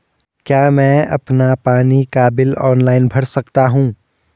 क्या मैं अपना पानी का बिल ऑनलाइन भर सकता हूँ?